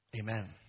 Amen